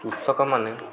କୃଷକମାନେ